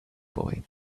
boy